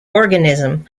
organism